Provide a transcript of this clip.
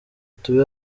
tube